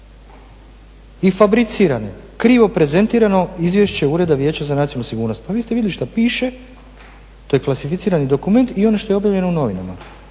i fabricirane, krivo prezentirano izvješće Ureda Vijeća za nacionalnu sigurnost. Pa vi ste vidjeli šta piše, to je klasificirani dokument i ono što je objavljeno u novinama.